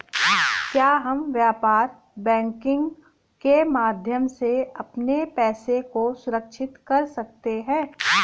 क्या हम व्यापार बैंकिंग के माध्यम से अपने पैसे को सुरक्षित कर सकते हैं?